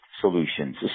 solutions